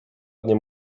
dnie